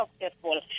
successful